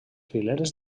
fileres